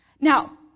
Now